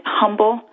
humble